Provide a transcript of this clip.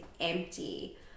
empty